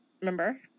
Remember